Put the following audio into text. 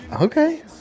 Okay